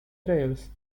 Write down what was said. trails